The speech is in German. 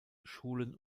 schulen